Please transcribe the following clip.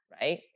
right